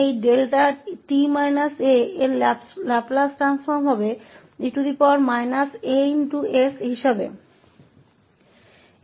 तो यहाँ इस 𝛿𝑡 𝑎 का e as रूप में लाप्लास ट्रांसफॉर्म है